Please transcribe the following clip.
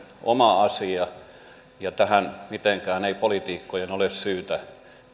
oma asia ja tähän mitenkään ei poliitikkojen ole syytä